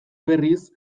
berriz